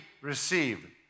receive